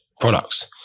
products